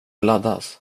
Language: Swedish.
laddas